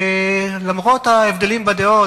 ולמרות ההבדלים בדעות,